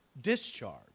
discharge